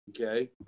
okay